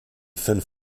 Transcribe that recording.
fünf